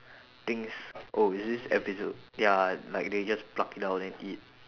thinks oh is this ya like they just pluck it out and eat